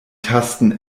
tasten